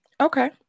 okay